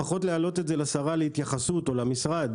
לפחות להעלות את זה לשרה להתייחסות או למשרד.